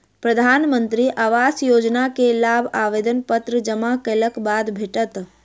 प्रधानमंत्री आवास योजना के लाभ आवेदन पत्र जमा केलक बाद भेटत